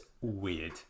weird